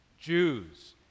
Jews